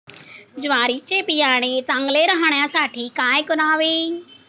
ज्वारीचे बियाणे चांगले राहण्यासाठी काय करावे?